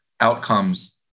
outcomes